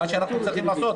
מה שאנחנו צריכים לעשות,